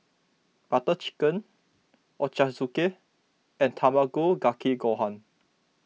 Butter Chicken Ochazuke and Tamago Kake Gohan